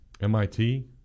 MIT